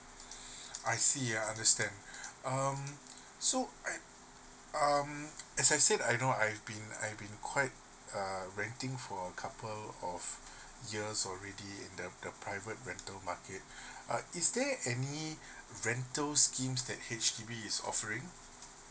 I see I understand um so I um as I said I know I've been I've been quite err renting for a couple of years already in the the private rental market uh is there any rental schemes that H_D_B is offering